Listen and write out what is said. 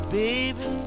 baby